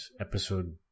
episode